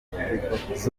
z’ubuvuzi